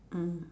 mm